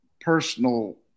personal